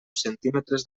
centímetres